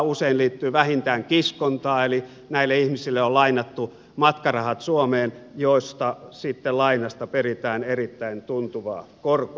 usein liittyy vähintään kiskontaa eli näille ihmiselle on lainattu matkarahat suomeen joista sitten lainasta peritään erittäin tuntuvaa korkoa